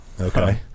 Okay